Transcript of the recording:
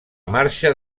marxa